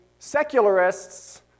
Secularists